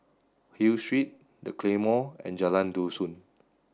Hill Street The Claymore and Jalan Dusun